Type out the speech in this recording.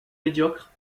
médiocre